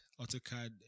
autocad